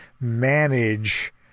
manage